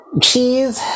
cheese